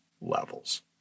levels